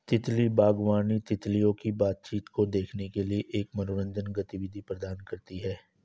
तितली बागवानी, तितलियों की बातचीत को देखने के लिए एक मनोरंजक गतिविधि प्रदान करती है